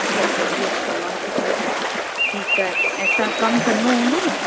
अछा अछा त इहो त तमामु सुठो थियो ठीकु आहे ऐं त कमु सन्हो हूंदो न